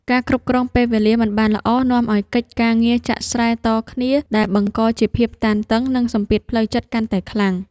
ការគ្រប់គ្រងពេលវេលាមិនបានល្អ នាំឱ្យកិច្ចការងារចាក់ស្រែតគ្នា ដែលបង្កជាភាពតានតឹង និងសម្ពាធផ្លូវចិត្តកាន់តែខ្លាំង។